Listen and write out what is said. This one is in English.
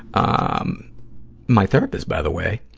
um my therapist, by the way,